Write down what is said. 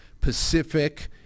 Pacific